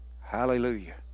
Hallelujah